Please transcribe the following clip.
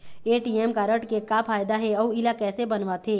ATM card के का फायदा हे अऊ इला कैसे बनवाथे?